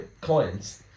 coins